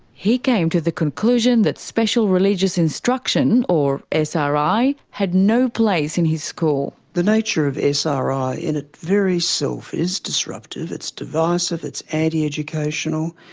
he came to the conclusion that special religious instruction, or sri, had no place in his school. the nature of sri in its very self is disruptive, it's divisive, it's anti-educational.